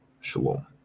Shalom